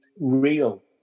real